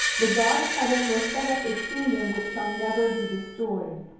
the god of heaven will set up a kingdom which shall never be destroyed,